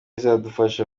izadufasha